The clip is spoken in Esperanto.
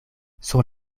sur